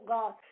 God